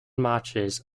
matches